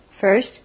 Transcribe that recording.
First